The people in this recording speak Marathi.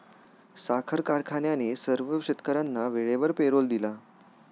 साखर कारखान्याने सर्व शेतकर्यांना वेळेवर पेरोल दिला